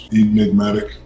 enigmatic